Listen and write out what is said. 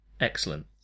Excellent